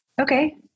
Okay